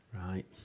Right